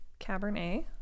Cabernet